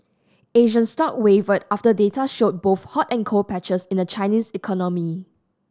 Asian stock wavered after data showed both hot and cold patches in the Chinese economy